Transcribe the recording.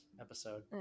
episode